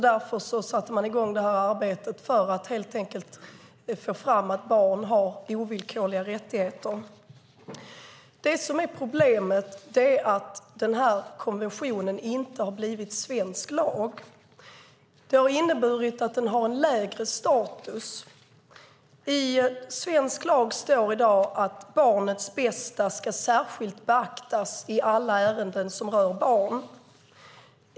Därför satte man i gång arbetet för att helt enkelt få fram att barn har ovillkorliga rättigheter. Problemet är att konventionen inte har blivit svensk lag. Det har inneburit att den har lägre status. I svensk lag står i dag att barnets bästa ska beaktas särskilt i alla ärenden som rör barn.